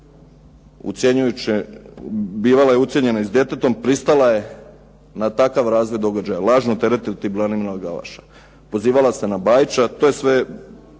bivala je ucijenjena i s djetetom pristala je na takav razvoj događaja, lažno teretiti Branimira Glavaša. Pozivala se na Bajića. To je sve